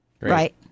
right